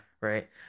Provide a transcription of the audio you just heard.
right